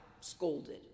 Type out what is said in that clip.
scolded